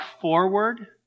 forward